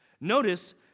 Notice